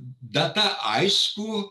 data aišku